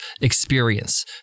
experience